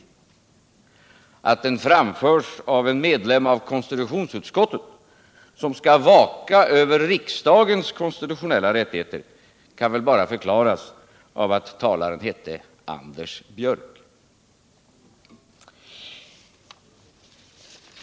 Att dessutom den meningen framförs av en medlem av konstitutionsutskottet, som skall vaka över riksdagens konstitutionella rättigheter, kan väl bara förklaras av att den talaren heter Anders Björck!